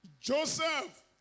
Joseph